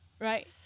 right